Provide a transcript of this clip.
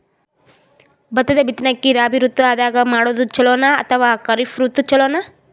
ಭತ್ತದ ಬಿತ್ತನಕಿ ರಾಬಿ ಋತು ದಾಗ ಮಾಡೋದು ಚಲೋನ ಅಥವಾ ಖರೀಫ್ ಋತು ಚಲೋನ?